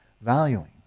valuing